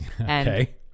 Okay